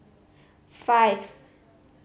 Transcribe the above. five